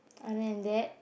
other than that